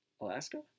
Alaska